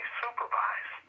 supervise